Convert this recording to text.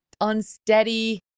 unsteady